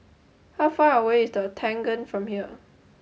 how far away is The Octagon from here